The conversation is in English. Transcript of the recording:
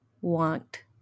want